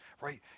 right